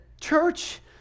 church